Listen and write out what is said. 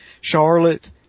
Charlotte